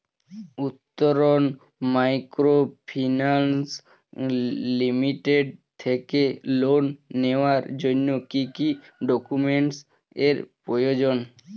Uttaran microfinance limited থেকে loan নেওয়ার জন্য কি কি ডকুমেন্টস এর প্রয়োজন?